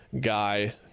guy